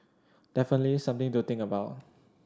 definitely something to think about